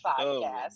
podcast